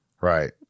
Right